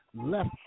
left